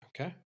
Okay